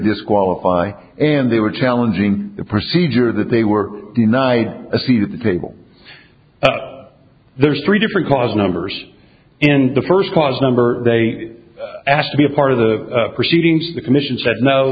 disqualify and they were challenging a procedure that they were denied a seat at the table there's three different cause numbers in the first clause number they asked to be a part of the proceedings the commission said no